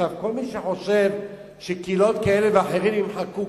כל מי שחושב שקהילות כאלה ואחרות נמחקו,